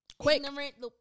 Quick